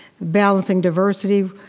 balancing diversity,